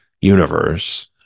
universe